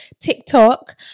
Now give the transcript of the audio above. TikTok